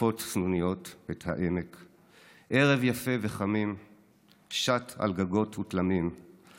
שוטפות סנוניות את העמק / ערב יפה וחמים / שט על גגות ותלמים /